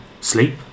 sleep